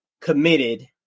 committed